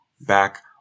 back